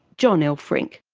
john elferink.